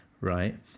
right